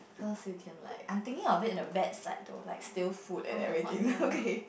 cause you can like I'm thinking of it in a bad side though like still food and everything okay